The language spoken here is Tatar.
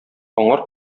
аңар